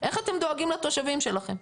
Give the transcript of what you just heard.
איך אתם דואגים לתושבים שלכם?